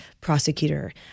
prosecutor